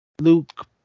Luke